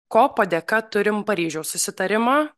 kopo dėka turim paryžiaus susitarimą